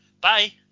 Bye